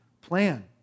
plan